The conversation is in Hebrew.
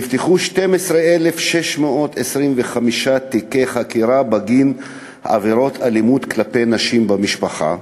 נפתחו 12,625 תיקי חקירה בגין עבירות אלימות נגד נשים במשפחה,